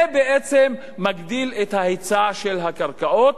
זה בעצם מגדיל את ההיצע של הקרקעות,